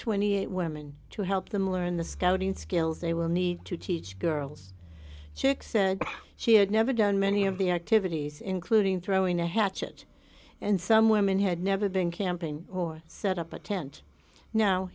twenty eight women to help them learn the scouting skills they will need to teach girls chicks said she had never done many of the activities including throwing a hatchet and some women had never been camping or set up a tent now